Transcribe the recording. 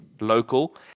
local